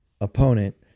opponent